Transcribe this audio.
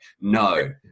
no